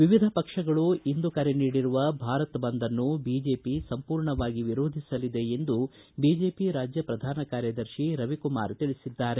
ವಿವಿಧ ಪಕ್ಷಗಳು ಇಂದು ಕರೆ ನೀಡಿರುವ ಭಾರತ್ ಬಂದ್ನ್ನು ಬಿಜೆಪಿ ಸಂಪೂರ್ಣವಾಗಿ ವಿರೋಧಿಸಲಿದೆ ಎಂದು ಬಿಜೆಪಿ ರಾಜ್ಯ ಪ್ರಧಾನ ಕಾರ್ಯದರ್ಶಿ ರವಿಕುಮಾರ್ ತಿಳಿಸಿದ್ದಾರೆ